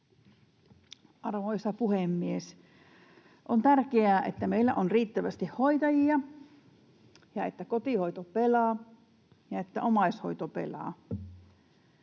Arvoisa puhemies! On tärkeää, että meillä on riittävästi hoitajia ja että kotihoito pelaa ja että omaishoito pelaa.